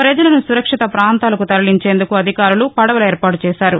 ప్రజలను సురక్షిత పాంతాలకు తరలించేందుకు అధికారులు పడవలు ఏర్పాటు చేశారు